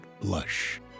blush